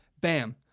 Bam